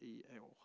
i år.